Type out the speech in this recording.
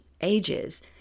ages